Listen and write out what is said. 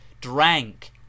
drank